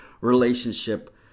relationship